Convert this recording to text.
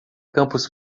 campus